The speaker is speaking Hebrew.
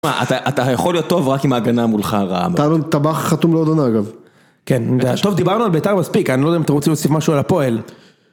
אתה יכול להיות טוב רק אם ההגנה מולך רעה. תארון טבח חתום לעוד עונה אגב. כן, טוב דיברנו על ביתר מספיק, אני לא יודע אם אתה רוצה להוסיף משהו על הפועל.